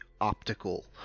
optical